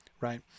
right